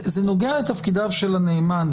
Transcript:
זה נוגע לתפקידיו של הנאמן.